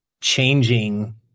changing